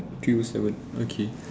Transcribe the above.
three o seven okay